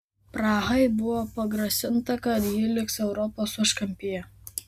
prahai buvo pagrasinta kad ji liks europos užkampyje